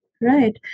right